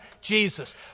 Jesus